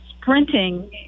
sprinting